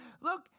Look